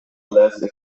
less